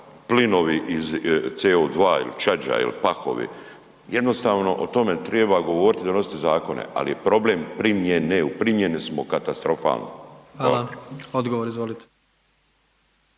plinovi CO2 ili čađa ili pahovi jednostavno o tome treba govoriti i donositi zakone, ali je problem primjene, u primjeni smo katastrofalni. Hvala. **Jandroković,